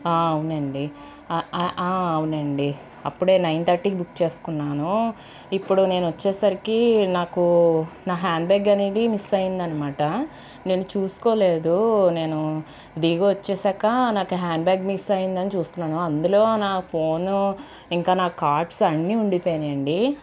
అవునండి అవునండి అప్పుడే నైన్ థర్టీకి బుక్ చేసుకున్నాను ఇప్పుడు నేనొచ్చేసరికి నాకు నా హ్యాండ్ బ్యాగనేది మిస్ అయిందనమాట నేను చూసుకోలేదు నేను దిగొచ్చేసాకా నాకు హ్యాండ్బ్యాగ్ మిస్ అయిందని చూస్కున్నాను అందులో నా ఫోను ఇంకా నా కార్డ్స్ అన్నీ ఉండిపోనీయండి